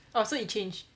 orh so it changed